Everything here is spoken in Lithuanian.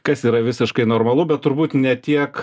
kas yra visiškai normalu bet turbūt ne tiek